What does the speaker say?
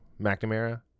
McNamara